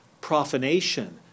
profanation